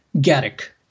Garrick